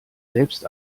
selbst